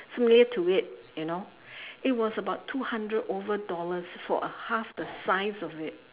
similar to it you know it was about two hundred over dollars for a half the size of it